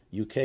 UK